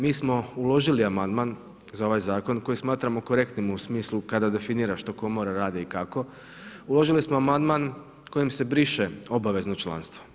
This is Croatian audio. Mi smo u ložili amandman za ovaj zakon kojeg smatramo korektnim u smislu kada definira što komora radi i kako, uložili smo amandman kojim se briše obavezno članstvo.